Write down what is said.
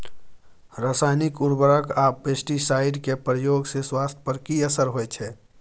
रसायनिक उर्वरक आ पेस्टिसाइड के प्रयोग से स्वास्थ्य पर कि असर होए छै?